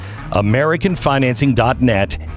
americanfinancing.net